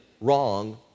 wrong